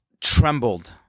trembled